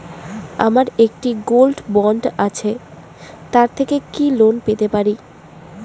আমার একটি gold bond আছে তার থেকে কি লোন পেতে পারি?